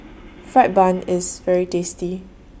Fried Bun IS very tasty